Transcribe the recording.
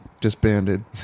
disbanded